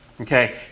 okay